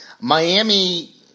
Miami